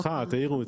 ב-1:00 העירו אותי.